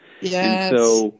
Yes